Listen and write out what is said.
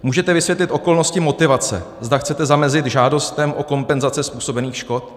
Můžete vysvětlit okolnosti motivace, zda chcete zamezit žádostem o kompenzace způsobených škod?